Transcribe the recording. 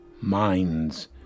minds